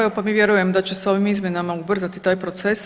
Evo, pa mi vjerujemo da će se ovim izmjenama ubrzati ovaj proces.